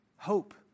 Hope